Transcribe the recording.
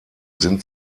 sind